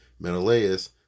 Menelaus